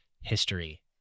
history